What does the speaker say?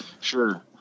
sure